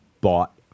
bought